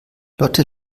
lotte